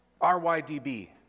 RYDB